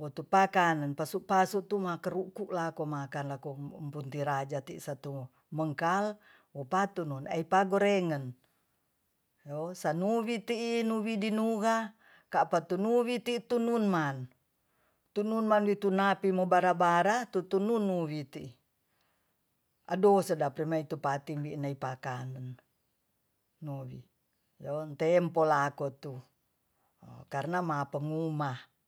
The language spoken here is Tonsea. wotu pakan pasu-pasu ma kuruku laku makan lakom punti raja ti satu mengkal mopatunun aipa gorenggen yo sanuwi tiin nuwi dinuga ka'pa tunuwinutin tununman tununman witunapi mobara-bara tutununu witi ado sedap remai tupati binai pa akano nuwi yontempolakutu karna ma'a pumuma